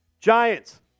Giants